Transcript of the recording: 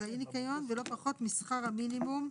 חוק שכר מינימום,